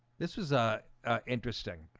this is a interesting.